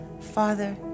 father